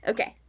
Okay